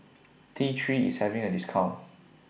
T three IS having A discount